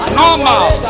normal